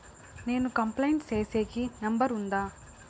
నేను కంప్లైంట్ సేసేకి నెంబర్ ఉందా?